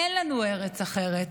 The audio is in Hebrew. אין לנו ארץ אחרת,